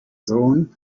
sohn